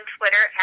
Twitter